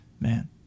Man